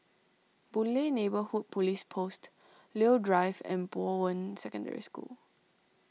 Boon Lay Neighbourhood Police Post Leo Drive and Bowen Secondary School